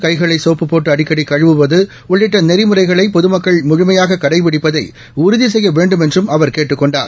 கை களை சோப்புப்போட்டு அடிக்கடி கழுவுவது உள்ளிட்ட நெறிமுறைகளை பொதுமக்கள் முழுமையாக கடைபிடிப்பதை உறுதி செய்ய வேண்டுமென்றும் அவர் கேட்டுக் கொண்டார்